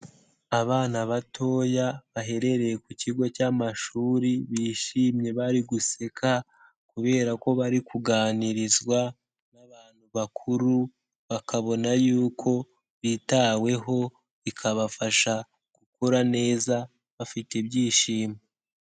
Abana batoya baherereye ku kigo cy'amashuri, bishimye bari guseka kubera ko bari kuganirizwa n'abantu bakuru, bakabona yuko bitaweho bikabafasha gukura neza bafite ibyishimo.